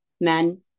men